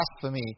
blasphemy